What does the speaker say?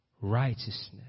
righteousness